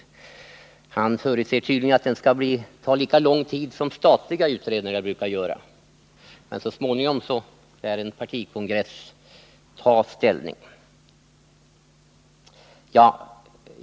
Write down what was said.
Tydligen förutser han att den skall ta lika lång tid som statliga utredningar brukar ta. Men så småningom lär en partikongress ta ställning.